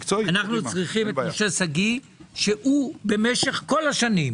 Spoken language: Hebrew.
אנו צריכים את משה שגיא שמשך כל השנים,